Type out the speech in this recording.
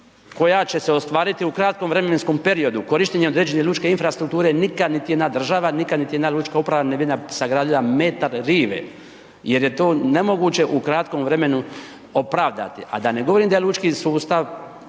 koja će se ostvariti u kratkom vremenskom periodu korištenjem određene lučke infrastrukture nikad niti jedna država, nikad niti jedna lučka uprava ne bi sagradila metar rive, jer je to nemoguće u kratkom vremenu opravdati, a da ne govorim da je lučki sustav